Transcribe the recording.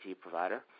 provider